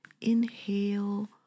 inhale